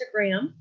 Instagram